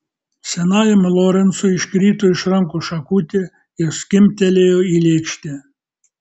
senajam lorencui iškrito iš rankų šakutė ir skimbtelėjo į lėkštę